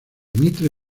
mitre